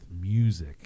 music